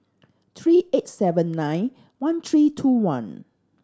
three eight seven nine one three two one